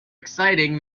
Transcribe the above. exciting